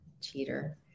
Cheater